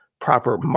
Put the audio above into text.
proper